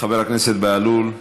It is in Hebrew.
חבר הכנסת בהלול,